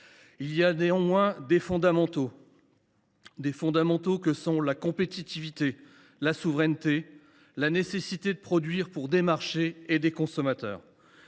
Il y a néanmoins des fondamentaux, que sont la compétitivité, la souveraineté et la nécessité de produire pour des marchés et des consommateurs.